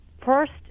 first